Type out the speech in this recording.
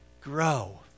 Grow